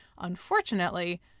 Unfortunately